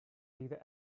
either